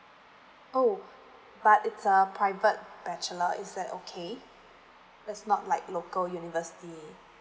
oh but it's a private bachelor is that okay that's not like local university